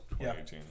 2018